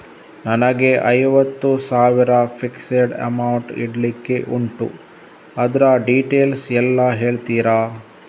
ನನಗೆ ಐವತ್ತು ಸಾವಿರ ಫಿಕ್ಸೆಡ್ ಅಮೌಂಟ್ ಇಡ್ಲಿಕ್ಕೆ ಉಂಟು ಅದ್ರ ಡೀಟೇಲ್ಸ್ ಎಲ್ಲಾ ಹೇಳ್ತೀರಾ?